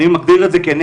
אני מגדיר את זה כנס.